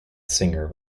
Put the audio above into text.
singer